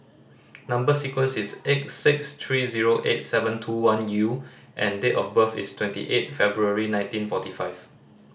number sequence is X six three zero eight seven two one U and date of birth is twenty eight February nineteen forty five